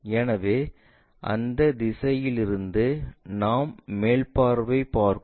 எனவே அந்த திசையிலிருந்து நாம் மேல் பார்வை பார்க்கும்